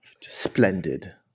Splendid